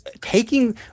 taking